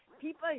people